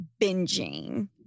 binging